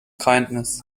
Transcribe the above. kindness